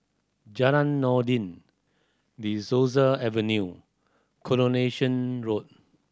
Jalan Noordin De Souza Avenue Coronation Road